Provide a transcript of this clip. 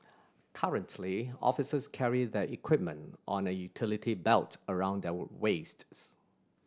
currently officers carry their equipment on a utility belt around their waists